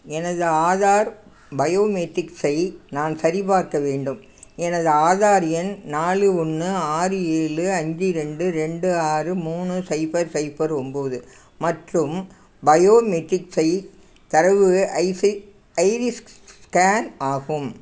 எனது ஆதார் பயோமெட்ரிக்ஸை நான் சரிபார்க்க வேண்டும் எனது ஆதார் எண் நாலு ஒன்று ஆறு ஏழு அஞ்சு ரெண்டு ரெண்டு ஆறு மூணு சைஃபர் சைஃபர் ஒம்பது மற்றும் பயோமெட்ரிக்ஸை தரவு ஐஸை ஐரிஸ் ஸ்கேன் ஆகும்